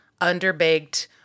underbaked